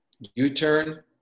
U-turn